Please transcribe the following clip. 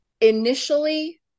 Initially